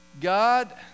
God